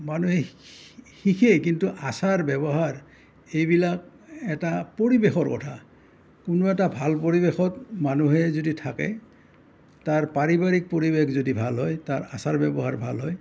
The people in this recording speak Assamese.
মানুহে শিকে কিন্তু আচাৰ ব্যৱহাৰ এইবিলাক এটা পৰিৱেশৰ কথা কোনো এটা ভাল পৰিৱেশত মানুহে যদি থাকে তাৰ পাৰিবাৰিক পৰিৱেশ যদি ভাল হয় তাৰ আচাৰ ব্যৱহাৰ ভাল হয়